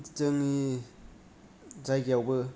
जोंनि जायगायावबो